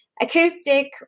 acoustic